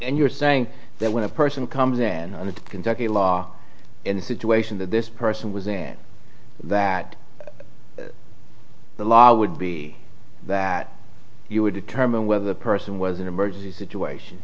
and you're saying that when a person comes then on to kentucky law in a situation that this person was in that the law would be that you would determine whether the person was an emergency situation